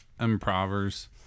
improvers